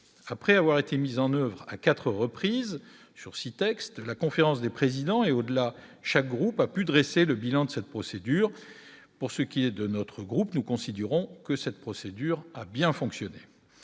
après avoir été mis en oeuvre à 4 reprises sur 6 textes la conférence des présidents et au-delà, chaque groupe a pu dresser le bilan de cette procédure pour ce qui est de notre groupe, nous considérons que cette procédure a bien fonctionné,